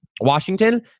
Washington